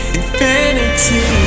infinity